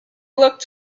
looked